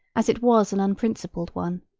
as it was an unprincipled one,